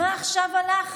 אז מה עכשיו הלחץ?